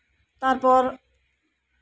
ᱛᱟᱨᱯᱚᱨ